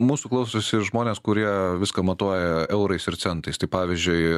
mūsų klausosi žmonės kurie viską matuoja eurais ir centais tai pavyzdžiui